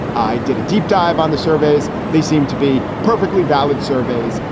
i did a deep dive on the surveys. they seemed to be perfectly valid surveys.